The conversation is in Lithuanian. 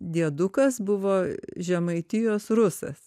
diedukas buvo žemaitijos rusas